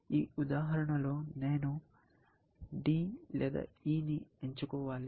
ఈ ఉదాహరణలో నేను D లేదా E ని ఎంచుకోవాలి